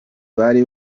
bari